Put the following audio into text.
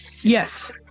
Yes